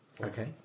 okay